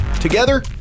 Together